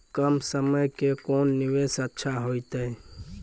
कम समय के कोंन निवेश अच्छा होइतै?